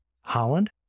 Holland